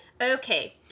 Okay